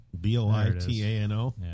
B-O-I-T-A-N-O